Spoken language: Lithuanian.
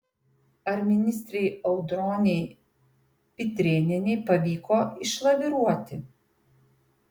ar ministrei audronei pitrėnienei pavyko išlaviruoti